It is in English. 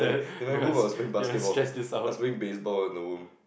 you know who was playing basketball I was playing baseball in the room